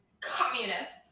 Communists